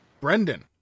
Brendan